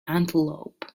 antelope